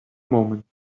moments